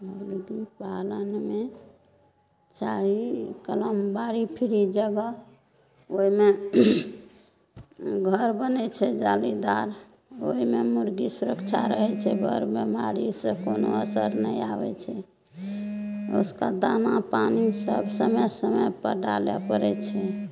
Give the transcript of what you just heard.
मुर्गी पालनमे चाही कलम बाड़ी फ्री जगह ओहिमे घर बनैत छै जालीदार ओहिमे मुर्गी सुरक्षा रहैत छै बड़ बेमारी से कोनो असर नहि आबै छै उसका दाना पानि सब समय समय पर डाले पड़ैत छै